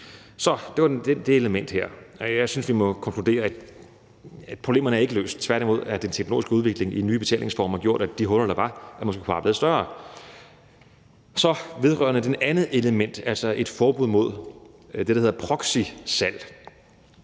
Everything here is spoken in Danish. Så det var det element her. Jeg synes, vi må konkludere, at problemerne ikke er løst, tværtimod har den teknologiske udvikling i nye betalingsformer gjort, at de huller, der var, måske bare er blevet større. Så er der det andet element, altså et forbud mod det, der hedder proxysalg.